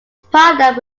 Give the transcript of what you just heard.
partnered